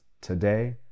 Today